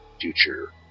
future